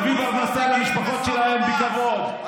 להביא פרנסה למשפחות שלהן בכבוד,